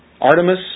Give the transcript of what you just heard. Artemis